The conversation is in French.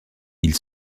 ils